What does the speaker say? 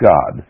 God